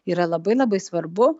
yra labai labai svarbu